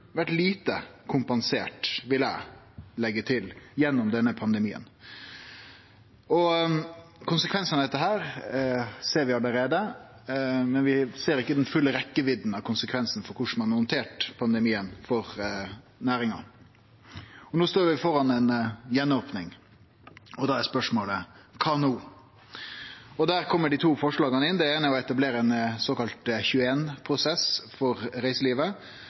lite kompensert, vil eg leggje til, gjennom denne pandemien. Konsekvensane av dette ser vi allereie, men vi ser ikkje den fulle rekkjevidda av konsekvensane av korleis ein har handtert pandemien for næringa. No står vi framfor ei gjenopning, og da er spørsmålet: Kva no? Der kjem dei to forslaga inn. Det eine er å etablere ein såkalla 21-prosess for reiselivet.